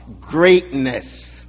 greatness